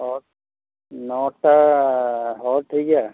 ᱦᱮᱸ ᱱᱚᱴᱟ ᱦᱮᱸ ᱴᱷᱤᱠ ᱜᱮᱭᱟ